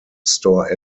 store